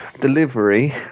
delivery